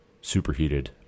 superheated